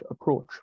approach